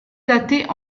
datés